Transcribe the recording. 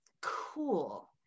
cool